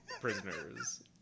Prisoners